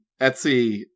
Etsy